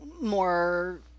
more